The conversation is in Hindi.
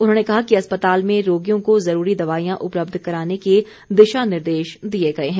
उन्होंने कहा कि अस्पताल में रोगियों को जरूरी दवाईयां उपलब्ध कराने के दिशा निर्देश दिए गए हैं